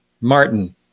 Martin